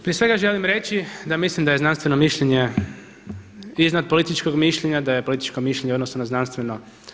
Prije svega želim reći da mislim da je znanstveno mišljenje iznad političkog mišljenja, da je političko mišljenje u odnosu na znanstveno.